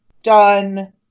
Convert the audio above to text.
done